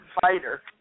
fighter